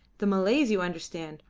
the malays, you understand,